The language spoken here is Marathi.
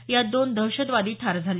यात दोन दहशतवादी ठार झाले